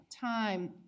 time